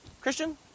Christian